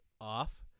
off